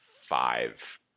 five